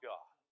God